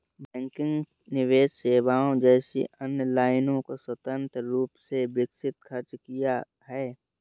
banking निवेश सेवाओं जैसी अन्य लाइनों को स्वतंत्र रूप से विकसित खर्च किया है